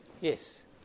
Yes